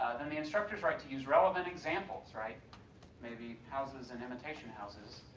then the instructor's right to use relevant examples, right maybe houses and imitation houses,